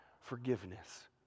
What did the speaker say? forgiveness